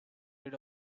rid